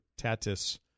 Tatis